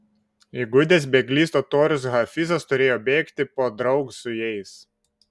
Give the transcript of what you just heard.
įgudęs bėglys totorius hafizas turėjo bėgti podraug su jais